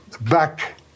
back